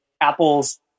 Apple's